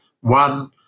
one